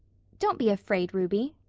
don't be afraid, ruby.